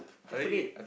iPhone eight